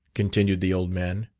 continued the old man.